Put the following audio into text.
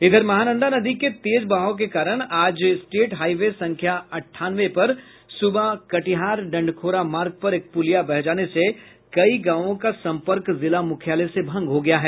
इधर महानंदा नदी के तेज बहाव के कारण आज स्टेट हाईवे संख्या अंठानवे पर सुबह कटिहार डंडखोरा मार्ग पर एक पुलिया बह जाने से कई गांवों का संपर्क जिला मुख्यालय से भंग हो गया है